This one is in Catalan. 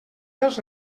dels